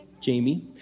Jamie